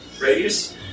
Radius